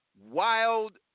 wild